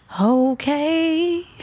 Okay